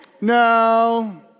No